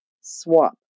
swap